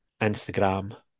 Instagram